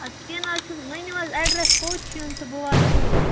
اَدٕ کیٚنٛہہ نہٕ حظ چھنہٕ ؤنیُو حظ اٮ۪ڈرَس کوٚت چھُ یُن تہٕ بہٕ واتہٕ اوٗرۍ